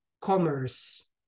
commerce